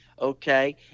okay